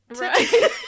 right